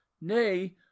Nay